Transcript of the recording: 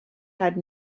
had